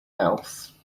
else